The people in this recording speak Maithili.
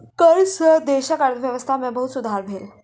कर सॅ देशक अर्थव्यवस्था में बहुत सुधार भेल